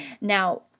now